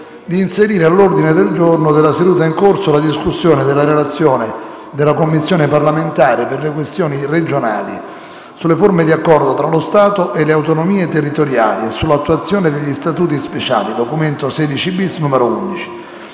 di inserire all'ordine del giorno della seduta in corso la discussione della relazione della Commissione parlamentare per le questioni regionali sulle forme di raccordo tra lo Stato e le autonomie territoriali e sull'attuazione degli Statuti speciali (Doc. XVI-*bis,* n*.* 11).